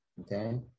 Okay